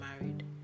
married